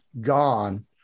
gone